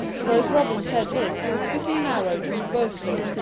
for as robin said this he was fitting an arrow to his bow-string,